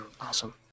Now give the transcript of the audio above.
awesome